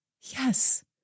Yes